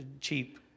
cheap